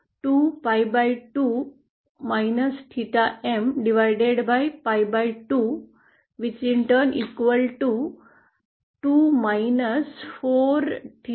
जे 2 4 theta mpi म्हणून समोर येते